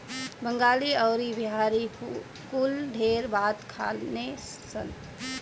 बंगाली अउरी बिहारी कुल ढेर भात खाने सन